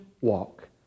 walk